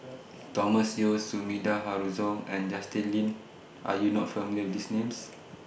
Thomas Yeo Sumida Haruzo and Justin Lean Are YOU not familiar with These Names